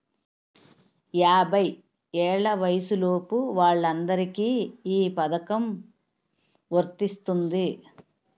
యాభై ఏళ్ల వయసులోపు వాళ్ళందరికీ ఈ పథకం వర్తిస్తుంది